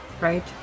right